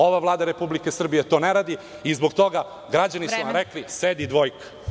Ova Vlada Republike Srbije to ne radi, i zbog toga građani su vam rekli – sedi dvojka.